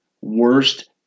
worst